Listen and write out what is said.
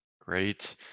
Great